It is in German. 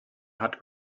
hat